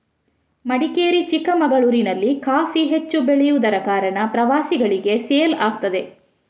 ಮಡಿಕೇರಿ, ಚಿಕ್ಕಮಗಳೂರಿನಲ್ಲಿ ಕಾಫಿ ಹೆಚ್ಚು ಬೆಳೆಯುದರ ಕಾರಣ ಪ್ರವಾಸಿಗಳಿಗೆ ಸೇಲ್ ಆಗ್ತದೆ